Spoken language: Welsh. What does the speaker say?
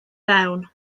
fewn